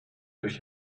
durch